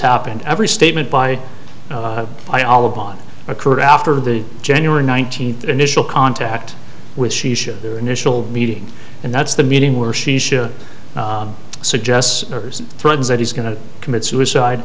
happened every statement by by all of one occurred after the january nineteenth initial contact which she showed the initial meeting and that's the meeting where she should suggests threads that he's going to commit suicide